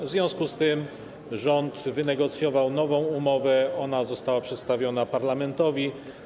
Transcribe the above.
W związku z tym rząd wynegocjował nową umowę, która została przedstawiona parlamentowi.